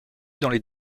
dans